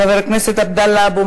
חבר הכנסת אלעזר שטרן,